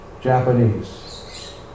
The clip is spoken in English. Japanese